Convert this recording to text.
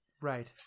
Right